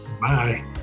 Bye